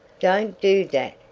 don't do dat,